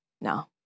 No